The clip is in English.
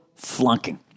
Flunking